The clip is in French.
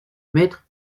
maître